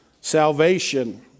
salvation